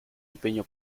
impegno